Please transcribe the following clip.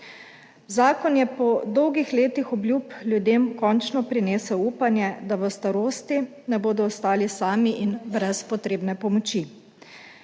Zakon je po dolgih letih obljub ljudem končno prinesel upanje, da v starosti ne bodo ostali sami in brez potrebne pomoči.